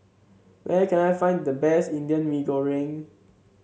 where can I find the best Indian Mee Goreng